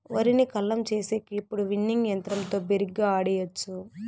వరిని కల్లం చేసేకి ఇప్పుడు విన్నింగ్ యంత్రంతో బిరిగ్గా ఆడియచ్చు